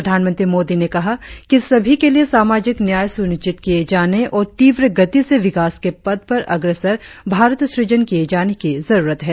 प्रधानमंत्री मोदी ने कहा कि सभी के लिए सामाजिक न्याय सुनिश्चित किये जाने और तीव्रगति से विकास के पथ पर अग्रसर भारत सूजन किये जाने की जरुरत है